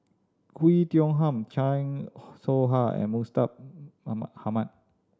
Oei Tiong Ham Chan Soh Ha and Mustaq Ahmad